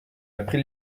appris